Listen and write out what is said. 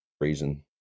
reason